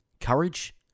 Courage